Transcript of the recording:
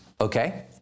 okay